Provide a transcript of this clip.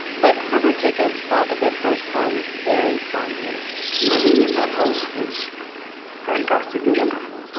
but herbert jacobs thought of their first home very fondly living in that house was fantastically wonderful.